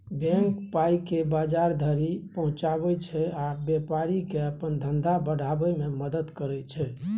bank पाइकेँ बजार धरि पहुँचाबै छै आ बेपारीकेँ अपन धंधा बढ़ाबै मे मदद करय छै